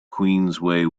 queensway